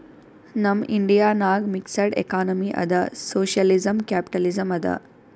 ನಮ್ ಇಂಡಿಯಾ ನಾಗ್ mixed economy ಅದಾ ಸೋಶಿಯಲಿಸಂ, ಕ್ಯಾಪಿಟಲಿಸಂ ಅದಾ